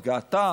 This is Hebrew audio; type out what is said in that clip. התגאתה